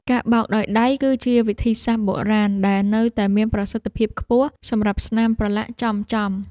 ការបោកដោយដៃ គឺជាវិធីសាស្ត្របុរាណដែលនៅតែមានប្រសិទ្ធភាពខ្ពស់សម្រាប់ស្នាមប្រឡាក់ចំៗ។